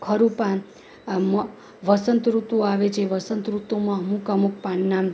ખરું પણ આમ વસંતઋતુ આવે છે વસંતઋતુમાં અમુક અમુક પાનના